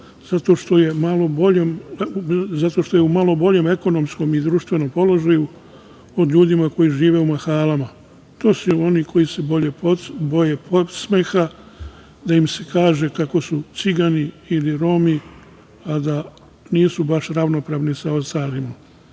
zato što je u malo boljem ekonomskom i društvenom položaju od ljudi koji žive u mahalama. To su oni koji se boje podsmeha, da im se kaže kako su Cigani ili Romi, a da nisu baš ravnopravni sa ostalima. Šta